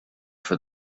for